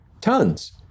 Tons